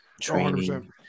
training